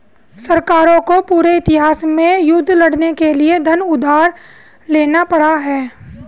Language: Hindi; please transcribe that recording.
सरकारों को पूरे इतिहास में युद्ध लड़ने के लिए धन उधार लेना पड़ा है